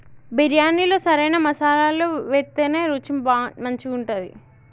బిర్యాణిలో సరైన మసాలాలు వేత్తేనే రుచి మంచిగుంటది